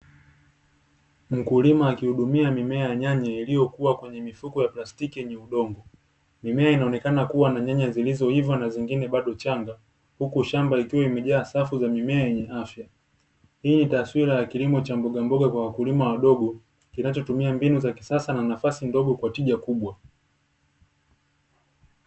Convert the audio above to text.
Mkulima akihudumia mimea ya nyanya iliyokuwa kwenye mifuko ya plastiki yenye udongo. Mimea inaonekana kuwa na nyanya zilizoiva na zingine bado changa, huku shamba likiwa limejaa safu za mimea yenye afya. Hii ni taswira ya kilimo cha mbogamboga kwa wakulima wadogo, kinachotumia mbinu za kisasa na nafasi ndogo kwa tija kubwa.